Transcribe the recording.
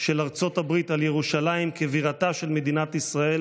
של ארצות הברית על ירושלים כבירתה של מדינת ישראל